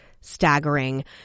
staggering